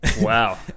Wow